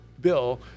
bill